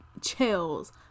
chills